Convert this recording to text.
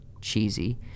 cheesy